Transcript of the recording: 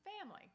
family